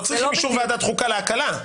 לא צריך אישור ועדת חוקה להקלה.